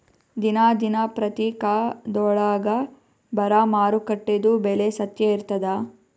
ದಿನಾ ದಿನಪತ್ರಿಕಾದೊಳಾಗ ಬರಾ ಮಾರುಕಟ್ಟೆದು ಬೆಲೆ ಸತ್ಯ ಇರ್ತಾದಾ?